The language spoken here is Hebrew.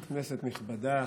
כנסת נכבדה,